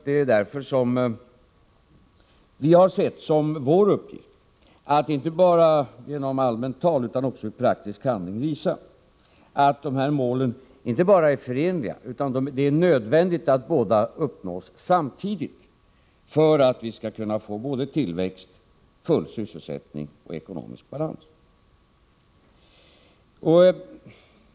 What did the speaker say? Det är därför vi har sett som vår uppgift att inte bara genom allmänt tal utan också i praktisk handling visa både att dessa mål är förenliga och att det är nödvändigt att båda målen uppnås samtidigt för att vi skall kunna få tillväxt, full sysselsättning och ekonomisk balans.